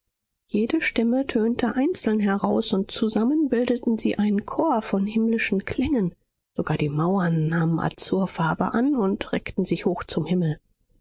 jede stimme tönte einzeln heraus und zusammen bildeten sie einen chor von himmlischen klängen sogar die mauern nahmen azurfarbe an und reckten sich hoch zum himmel